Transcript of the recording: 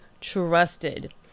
trusted